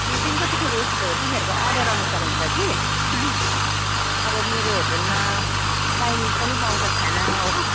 फुडिङको चाहिँ फेरि यस्तो हो तिमीहरूको अर्डर अनुसार हुन्छ कि अब मेरो होटलमा चाइनिज पनि पाउँछ खाना हो